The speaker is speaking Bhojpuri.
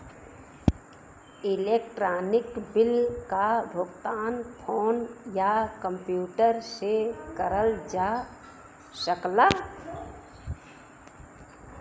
इलेक्ट्रानिक बिल क भुगतान फोन या कम्प्यूटर से करल जा सकला